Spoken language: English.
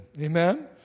Amen